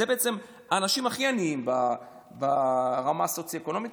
אלה בעצם האנשים הכי עניים ברמה סוציו-אקונומית.